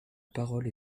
parole